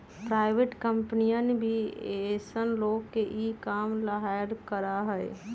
private कम्पनियन भी ऐसन लोग के ई काम ला हायर करा हई